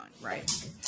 right